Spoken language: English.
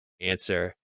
answer